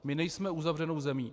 My nejsme uzavřenou zemí.